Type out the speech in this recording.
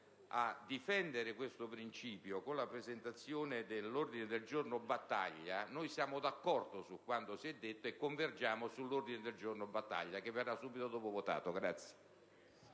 a difendere questo principio con la presentazione dell'ordine del giorno G200, siamo d'accordo su quanto si è detto e convergiamo sull'ordine del giorno del senatore Battaglia, che verrà subito dopo votato.